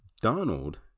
Donald